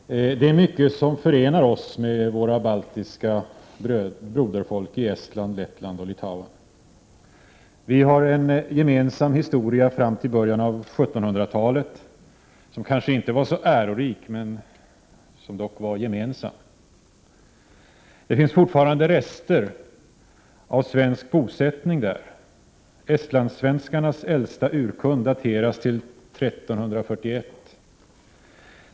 Fru talman! Det är mycket som förenar oss med våra baltiska broderfolk i Estland, Lettland och Litauen. Vi har en gemensam historia fram till början av 1700-talet, som kanske inte var så ärorik, men som dock var gemensam. Det finns fortfarande rester av svensk bosättning där. Estlandssvenskarnas äldsta urkund dateras till 1341.